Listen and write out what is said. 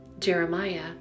Jeremiah